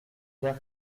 l’air